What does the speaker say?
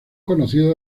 conocidos